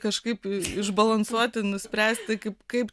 kažkaip išbalansuoti nuspręsti kaip kaip